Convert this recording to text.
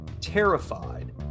terrified